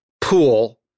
pool